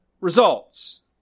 results